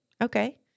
Okay